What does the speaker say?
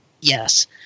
Yes